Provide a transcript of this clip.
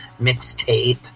mixtape